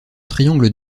triangles